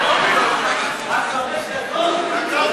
רק חמש דקות.